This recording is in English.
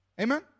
Amen